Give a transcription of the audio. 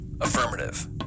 Affirmative